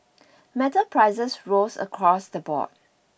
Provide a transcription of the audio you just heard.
metal prices rose across the board